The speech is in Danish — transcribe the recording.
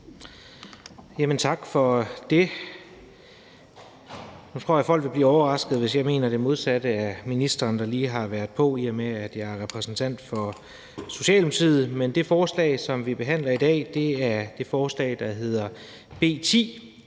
Tak for det. Nu tror jeg, folk vil blive overraskede, hvis jeg mener det modsatte af ministeren, der lige har været på, i og med at jeg er repræsentant for Socialdemokratiet. Men det forslag, som vi behandler i dag, er det forslag, der hedder B 10,